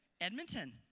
Edmonton